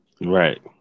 Right